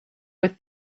with